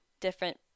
different